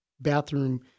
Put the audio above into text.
bathroom